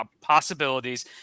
possibilities